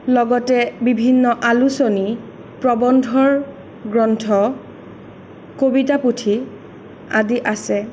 লগতে বিভিন্ন আলোচনী প্ৰৱন্ধৰ গ্ৰন্থ কবিতা পুথি আদি আছে